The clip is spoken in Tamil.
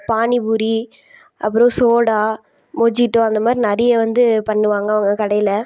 பானிபூரி அப்புறம் சோடா மொஜிடோ அந்த மாதிரி நிறைய வந்து பண்ணுவாங்க அவங்க கடையில்